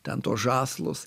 ten tuos žąslus